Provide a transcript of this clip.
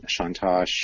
Shantosh